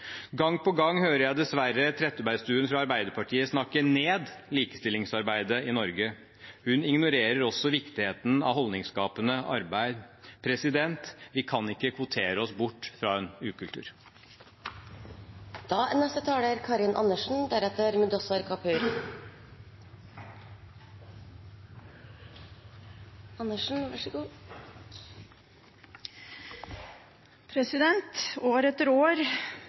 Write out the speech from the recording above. Gang på gang hører jeg dessverre Trettebergstuen fra Arbeiderpartiet snakke ned likestillingsarbeidet i Norge. Hun ignorerer også viktigheten av holdningsskapende arbeid. Vi kan ikke kvotere oss bort fra en ukultur. År etter år hører vi at også denne regjeringen sier at det er bra med et samfunn med små forskjeller. År etter år